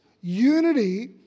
Unity